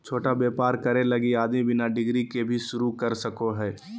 छोटा व्यापर करे लगी आदमी बिना डिग्री के भी शरू कर सको हइ